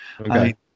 Okay